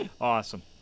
awesome